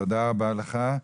תודה רבה לך.